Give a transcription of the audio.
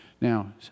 Now